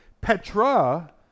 Petra